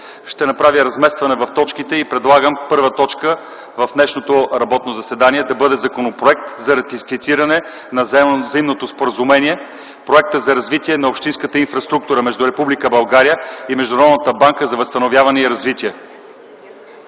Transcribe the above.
Ще направя разместване в точките и предлагам първа точка в днешното работно заседание да бъде Законопроектът за ратифициране на Заемното споразумение „Проект за развитие на общинската инфраструктура” между Република България и Международната банка за възстановяване и развитие.